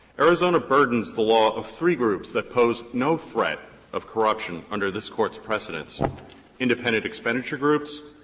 arizona burdens the law of three groups that pose no threat of corruption under this court's precedents independent expenditure groups,